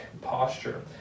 posture